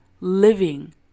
living